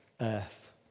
earth